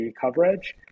coverage